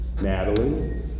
Natalie